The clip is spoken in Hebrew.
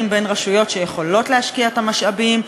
בין רשויות שיכולות להשקיע את המשאבים,